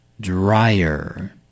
Dryer